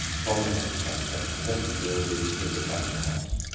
from the north transept the vestibule leads to the chapter house.